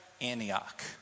Antioch